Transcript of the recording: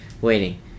Waiting